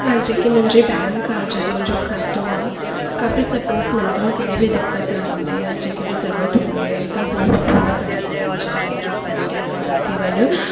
हा जेकी मुंहिंजी बैंक आहे जिते मुंहिंजो खातो आहे काफ़ी सपॉट मिलंदो आहे कहिड़ी बि दिक़त न ईंदी आहे जेकी बि ज़रूरत हूंदी आहिनि त उहो पूरो कंदा आहिनि चाहे मुंहिंजो फ़ंड या काड थी वञे